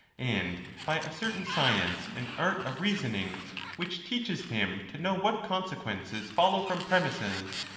and by a certain science and art of reasoning which teaches him to know what conse quences follow from premises,